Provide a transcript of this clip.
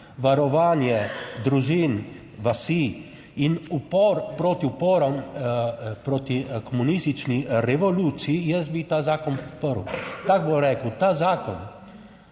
varovanje družin, vasi in upor proti uporom proti komunistični revoluciji, jaz bi ta zakon podprl, tako bom rekel, ta zakon,